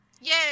Yay